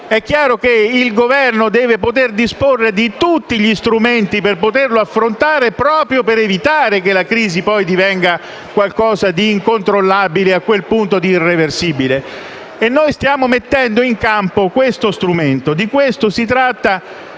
è chiaro che il Governo deve poter disporre di tutti gli strumenti per poterlo affrontare, proprio per evitare che la crisi divenga, poi, qualcosa di incontrollabile e, a quel punto, di irreversibile. Noi stiamo mettendo in campo questo strumento; di questo si tratta,